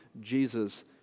Jesus